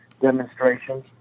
demonstrations